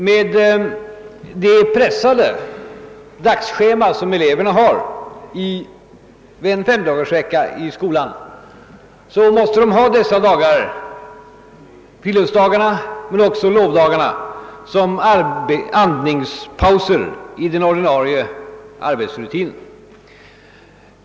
Med det pressade dagsschema som eleverna har vid en femdagarsvecka i skolan måste de få dessa dagar — friluftsdagarna men också lovdagarna — som andningspauser i den ordinarie arbetsrutinen.